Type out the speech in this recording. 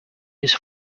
his